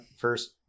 first